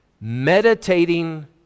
Meditating